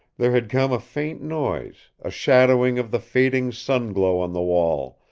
there had come a faint noise, a shadowing of the fading sun-glow on the wall,